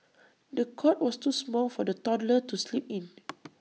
the cot was too small for the toddler to sleep in